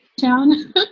town